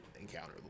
encounter